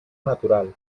natural